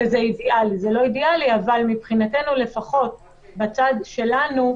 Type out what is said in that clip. זה לא אידיאלי, אבל מבחינתנו, לפחות בצד שלנו,